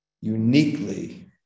Uniquely